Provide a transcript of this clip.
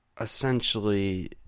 Essentially